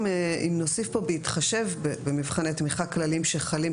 אם נוסיף פה בהתחשב במבחני תמיכה כלליים שחלים,